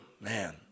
man